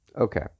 Okay